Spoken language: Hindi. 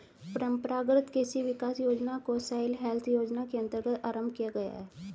परंपरागत कृषि विकास योजना को सॉइल हेल्थ योजना के अंतर्गत आरंभ किया गया है